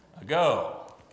ago